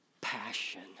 passion